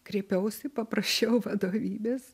kreipiausi paprašiau vadovybės